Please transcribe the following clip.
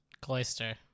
Cloister